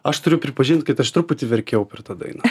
aš turiu pripažint kad aš truputį verkiau per tą dainą